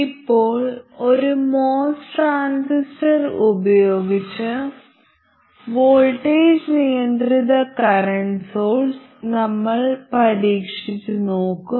ഇപ്പോൾ ഒരു MOS transistor ഉപയോഗിച്ച് വോൾട്ടേജ് നിയന്ത്രിത കറന്റ് സോഴ്സ് നമ്മൾ പരീക്ഷിച്ചുനോക്കും